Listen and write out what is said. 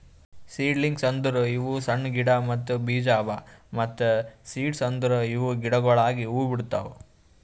seedlings ಅಂದುರ್ ಇವು ಸಣ್ಣ ಗಿಡ ಮತ್ತ್ ಬೀಜ ಅವಾ ಮತ್ತ ಸೀಡ್ಸ್ ಅಂದುರ್ ಇವು ಗಿಡಗೊಳಾಗಿ ಹೂ ಬಿಡ್ತಾವ್